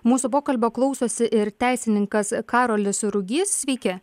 mūsų pokalbio klausosi ir teisininkas karolis rugys sveiki